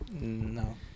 No